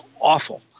awful